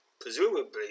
presumably